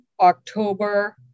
October